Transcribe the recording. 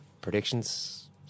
Predictions